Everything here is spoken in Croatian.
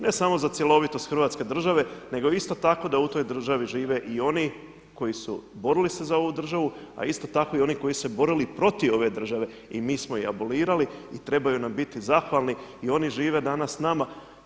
Ne samo za cjelovitost Hrvatske države, nego isto tako da u toj državi žive i oni koji su borili se za ovu državu a isto tako i oni koji su borili protiv ove države, i mi smo ih abolirali i trebaju nam biti zahvalni i oni žive danas s nama.